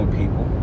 people